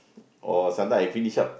or sometimes I finish up